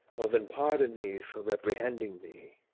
o! then pardon me for reprehending thee,